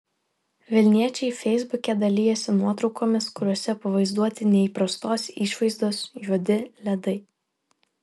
vilniečiai feisbuke dalijasi nuotraukomis kuriose pavaizduoti neįprastos išvaizdos juodi ledai